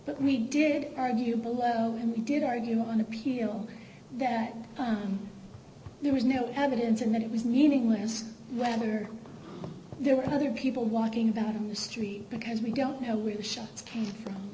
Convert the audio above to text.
but we did argue below and we did argue on appeal that there was no evidence and that it was meaningless whether there were other people walking down the street because we don't know we were shots came from